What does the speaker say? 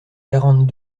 quarante